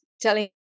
telling